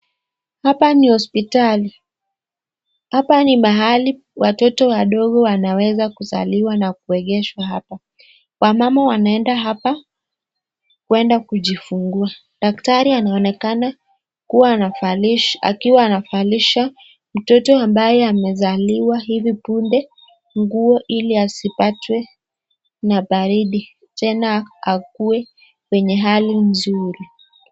Hapa ni hospitali, hapa ni mahali watoto wadogo wanaweza kuzaliwa na kuegeshwa hapa. Wamama wanaenda hapa kwenda kujifungua. Daktari anaonekana akiwa anavalisha mtoto ambaye amezaliwa hivi punde nguo ili asipatwe na baridi tena akuwe mwenye hali mzuri.